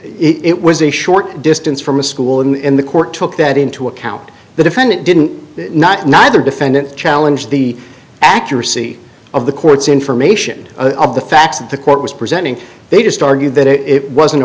it was a short distance from a school in the court took that into account the defendant didn't not neither defendant challenge the accuracy of the court's information of the facts that the court was presenting they just argued that it wasn't a